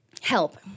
help